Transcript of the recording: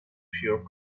pure